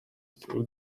through